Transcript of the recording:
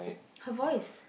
her voice